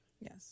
Yes